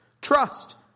Trust